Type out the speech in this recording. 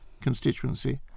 constituency